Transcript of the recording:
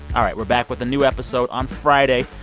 all right, we're back with a new episode on friday,